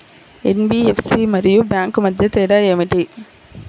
NBFC మరియు bank మధ్య తేడా ఏమిటీ?